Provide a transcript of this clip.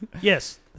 Yes